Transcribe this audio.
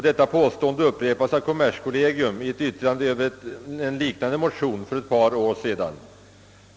Detta framhålles också av kommerskollegium i ett yttrande över en liknande motion för ett par år sedan.